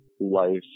life